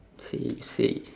say you say